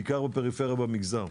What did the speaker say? בעיקר בפריפריה ובמגזר.